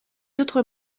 autres